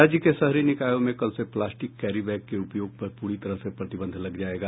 राज्य के शहरी निकायों में कल से प्लास्टिक कैरी बैग के उपयोग पर पूरी तरह प्रतिबंध लग जायेगा